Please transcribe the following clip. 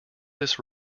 this